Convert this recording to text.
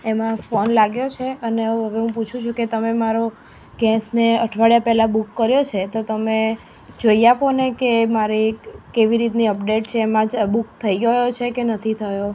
એમાં ફોન લાગ્યો છે અને હવે હું પૂછું છું કે તમે મારો ગેસ મેં અઠવાડિયા પહેલાં બુક કર્યો છે તો તમે જોઈ આપોને કે મારે કેવી રીતની અપડેટ છે એમાં બુક થઈ ગયો છે કે નથી થયો